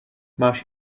máš